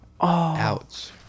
Ouch